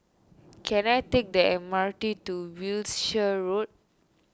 can I take the M R T to Wiltshire Road